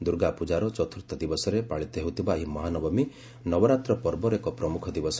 ଦୁର୍ଗାପୂଜାର ଚତୁର୍ଥ ଦିବସରେ ପାଳିତ ହେଉଥିବା ଏହି ମହାନବମୀ ନବରାତ୍ର ପର୍ବର ଏକ ପ୍ରମୁଖ ଦିବସ